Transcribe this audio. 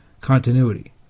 Continuity